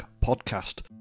podcast